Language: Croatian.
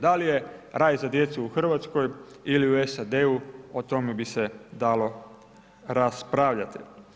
Da li je raj za djecu u Hrvatskoj ili u SAD-u o tome bi se dalo raspravljati.